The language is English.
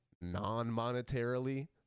non-monetarily